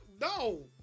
No